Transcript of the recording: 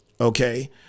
okay